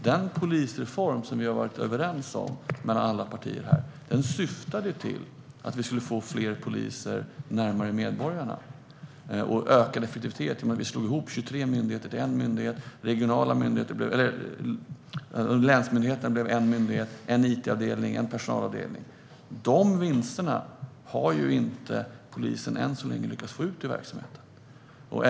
Den polisreform som alla partier här har varit överens om syftade till att vi skulle få fler poliser närmare medborgarna och en ökad effektivitet. Vi slog ihop 23 myndigheter till en myndighet, länsmyndigheterna blev en myndighet, vi fick en it-avdelning och en personalavdelning. Dessa vinster har inte polisen lyckats få ut i verksamheten än så länge.